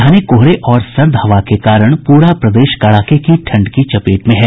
घने कोहरे और सर्द हवा के कारण पूरा प्रदेश कड़ाके की ठंड की चपेट में हैं